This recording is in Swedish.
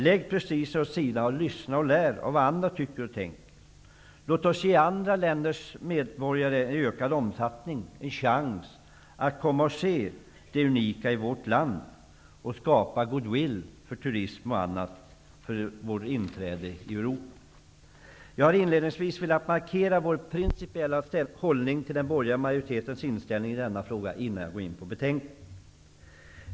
Lägg prestigen åt sidan, och lyssna till och lär av vad andra tycker och tänker! Låt oss i ökad omfattning ge andra länders medborgare en chans att komma och se det unika i vårt land och skapa goodwill för turism och annat inför vårt inträde i Europa. Jag har inledningsvis, innan jag går in på betänkandet, velat markera vår principiella hållning till den borgerliga majoritetens inställning i denna fråga.